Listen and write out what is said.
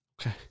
Okay